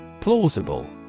Plausible